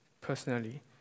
personally